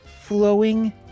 flowing